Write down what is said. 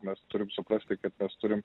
mes turim suprasti kad mes turim